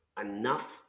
enough